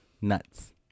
Nuts